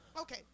okay